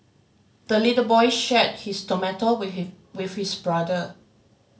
the little boy shared his tomato with his with his brother